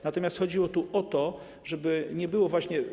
Natomiast chodziło tu o to, żeby nie było właśnie.